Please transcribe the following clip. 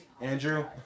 Andrew